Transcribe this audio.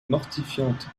mortifiante